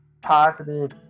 positive